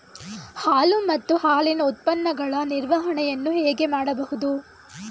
ಹಾಲು ಮತ್ತು ಹಾಲಿನ ಉತ್ಪನ್ನಗಳ ನಿರ್ವಹಣೆಯನ್ನು ಹೇಗೆ ಮಾಡಬಹುದು?